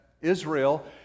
Israel